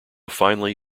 finally